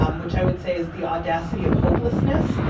um which i would say is the audacity of hopelessness,